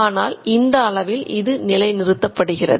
ஆனால் இந்த அளவில் இது நிலை நிறுத்தப்படுகிறது